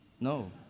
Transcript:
No